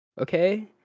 Okay